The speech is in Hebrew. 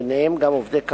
ביניהם גם עובדי קבלן,